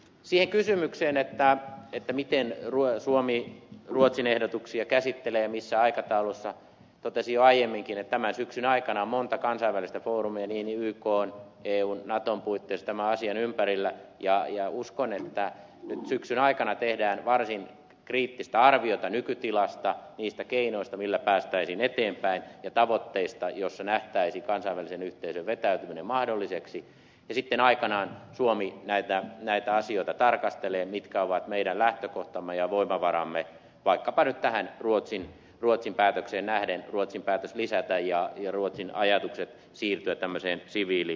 siihen kysymykseen miten suomi ruotsin ehdotuksia käsittelee ja missä aikataulussa totesin jo aiemminkin että tämän syksyn aikana on monta kansainvälistä foorumia niin ykn eun kuin natonkin puitteissa tämän asian ympärillä ja uskon että nyt syksyn aikana tehdään varsin kriittistä arviota nykytilasta niistä keinoista millä päästäisiin eteenpäin ja tavoitteista joissa nähtäisiin kansainvälisen yhteisön vetäytyminen mahdolliseksi ja sitten aikanaan suomi näitä asioita tarkastelee mitkä ovat meidän lähtökohtamme ja voimavaramme vaikkapa nyt tähän ruotsin päätökseen nähden ruotsin päätökseen lisätä ja ruotsin ajatuksiin siirtyä tämmöiseen siviilivetoisuuteen